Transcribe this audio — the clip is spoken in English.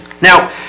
Now